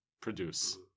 produce